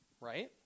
right